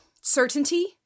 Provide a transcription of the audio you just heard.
certainty